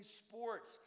sports